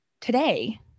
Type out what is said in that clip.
Today